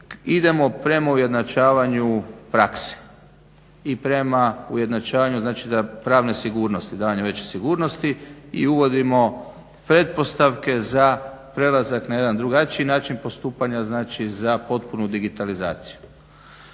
idemo prema ujednačavaju prakse i prema ujednačavanju znači pravne sigurnosti i uvodimo pretpostavke za prelazak na jedan drugačiji način postupanja, znači za potpunu digitalizaciju.